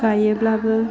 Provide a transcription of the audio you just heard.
गायोब्लाबो